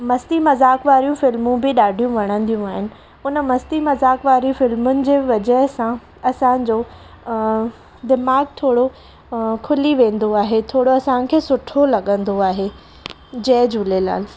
मस्ती मज़ाक़ वारियूं फ़िल्मूं बि ॾाढियूं वणंदियूं आहिनि हुन मस्ती मज़ाक़ वारी फ़िल्मुनि जी वजह सां असांजो दिमाग़ु थोरो खुली वेंदो आहे थोरो असांखे सुठो लॻंदो आहे जय झूलेलाल